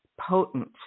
potent